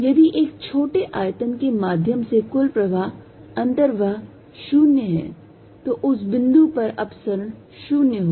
यदि एक छोटे आयतन के माध्यम से कुल प्रवाह अन्तर्वाह 0 है और उस बिंदु पर अपसरण 0 होगा